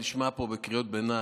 ומה שנשמע פה בקריאות ביניים,